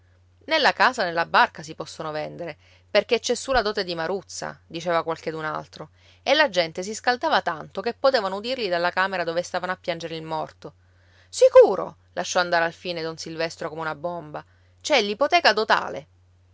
la casa né la barca si possono vendere perché ci è su la dote di maruzza diceva qualchedun altro e la gente si scaldava tanto che potevano udirli dalla camera dove stavano a piangere il morto sicuro lasciò andare alfine don silvestro come una bomba c'è l'ipoteca dotale